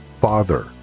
father